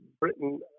britain